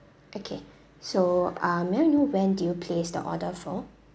okay so uh may I know when did you place the order for